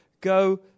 go